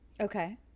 Okay